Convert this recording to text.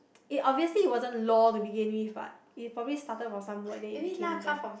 it obviously wasn't lor to begin with what it probably started from some word then it became lor